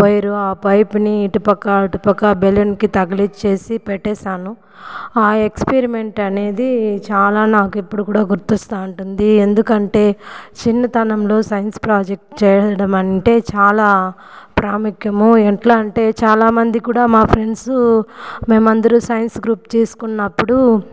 wire ఆ పైప్ని ఇటుపక్క అటుపక్క బెలూన్కి తగిలిచ్చేసి పెట్టేసాను ఆ ఎక్స్పరిమెంట్ అనేది చాలా నాకు ఇప్పుడు కూడా గుర్తొస్తూ ఉంటుంది ఎందుకంటే చిన్నతనంలో సైన్స్ ప్రాజెక్ట్ చేయడం అంటే చాలా ప్రాముఖ్యము ఎట్లా అంటే చాలామంది కూడా మా ఫ్రెండ్స్ మేము అందరూ సైన్స్ గ్రూప్ తీసుకున్నప్పుడు